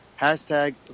hashtag